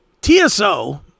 tso